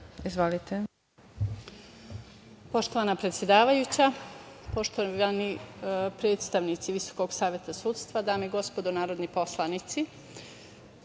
Izvolite.